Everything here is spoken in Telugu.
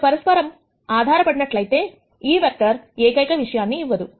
అవి పరస్పరము ఆధారపడినట్లయితే ఈ వెక్టర్ ఏకైక విషయాన్ని ఇవ్వదు